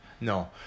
No